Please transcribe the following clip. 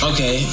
Okay